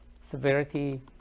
severity